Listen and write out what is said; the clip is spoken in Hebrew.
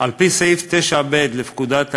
על-פי סעיף 9ב לפקודת העיריות,